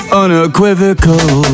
unequivocal